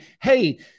hey